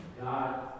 God